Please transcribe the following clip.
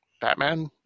Batman